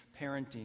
parenting